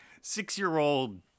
six-year-old